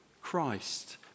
Christ